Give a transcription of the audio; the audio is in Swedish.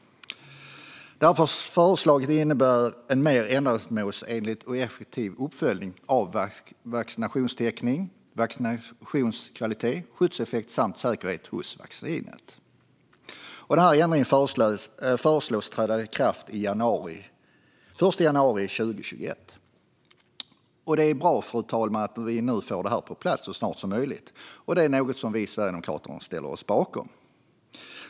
Förslagen innebär en mer ändamålsenlig och effektiv uppföljning av vaccinationstäckning, vaccinkvalitet, skyddseffekt samt säkerhet hos vaccinet. Ändringen föreslås träda i kraft den l januari 2021. Fru talman! Det är bra att vi nu får detta på plats så snart som möjligt, och det är något vi sverigedemokrater ställer oss bakom.